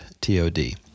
T-O-D